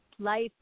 Life